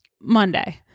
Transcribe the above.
Monday